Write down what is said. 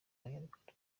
y’abanyarwanda